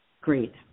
Great